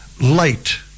light